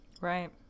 Right